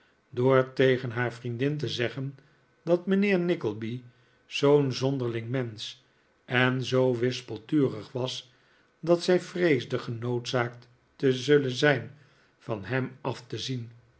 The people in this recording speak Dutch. door tegen haar vriendin te zeggen dat mijnheer nickleby zoo'n zonderling mensch en zoo wispelturig was dat zij vreesde genoodzaakt te zullen zijn van hem af te zien